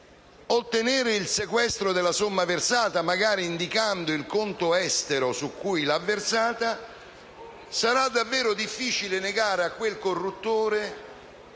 ottenere il sequestro della somma versata, magari indicando il conto estero su cui l'ha versata, sarà veramente difficile negare a quel corruttore